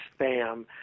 spam